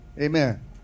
Amen